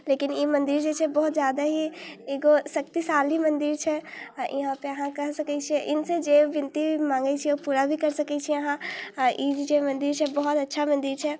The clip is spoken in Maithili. लेकिन ई मन्दिर जे छै बहुत ज्यादा ही एगो शक्तिशाली मन्दिर छै इहाँपर अहाँ कहि सकै छिए इनसे जे विनती माँगै छिए ओ पूरा भी करि सकै छिए अहाँ ई जे मन्दिर जे छै बहुत अच्छा मन्दिर छै